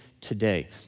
today